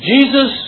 Jesus